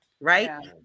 right